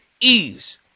ease